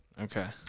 okay